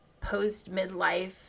post-midlife